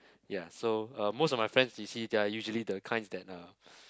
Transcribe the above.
ya so uh most of my friends you see they're usually the kind that uh